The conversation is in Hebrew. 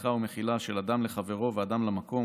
סליחה ומחילה של אדם לחברו ואדם למקום,